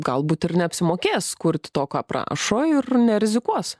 galbūt ir neapsimokės kurti to ką prašo ir nerizikuos